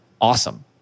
awesome